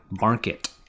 market